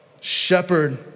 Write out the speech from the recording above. shepherd